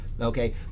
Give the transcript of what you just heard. Okay